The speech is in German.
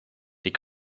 die